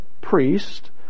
priest